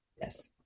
Yes